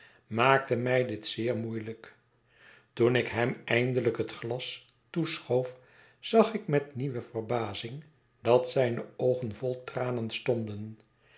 maakte mij dit zeer moeiehjk toen ik hem eindelijk het glas toeschoof zag ik met nieuwe verbazing dat zijne oogen vol tranen stonden